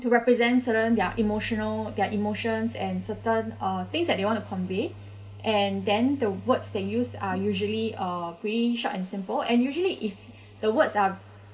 to represent certain their emotional their emotions and certain uh things that they want to convey and then the words they use are usually uh pretty short and simple and usually if the words are